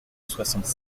soixante